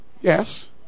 Yes